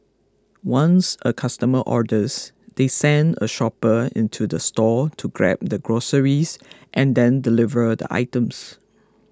once a customer orders they send a shopper into the store to grab the groceries and then deliver the items